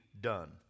done